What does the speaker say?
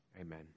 Amen